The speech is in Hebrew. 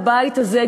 בבית הזה,